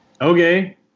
Okay